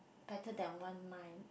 better than one mind